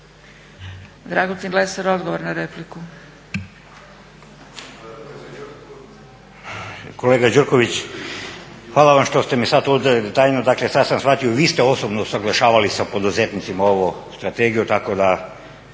laburisti - Stranka rada)** Kolega Gjurković, hvala vam što ste mi otkrili tajnu dakle sad sam shvatio vi ste osobno usuglašavali sa poduzetnicima ovu strategiju tako da